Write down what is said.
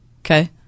Okay